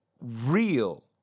real